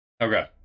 okay